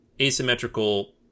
asymmetrical